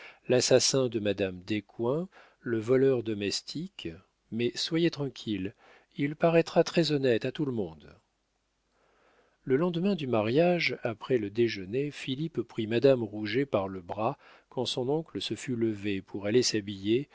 l'assassin de madame descoings le voleur domestique mais soyez tranquille il paraîtra très-honnête à tout le monde le lendemain du mariage après le déjeuner philippe prit madame rouget par le bras quand son oncle se fut levé pour aller s'habiller